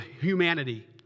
humanity